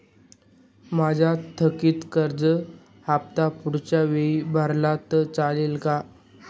माझा थकीत कर्ज हफ्ता पुढच्या वेळी भरला तर चालेल का?